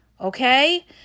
Okay